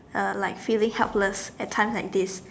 uh like feeling helpless at times like this